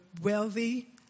wealthy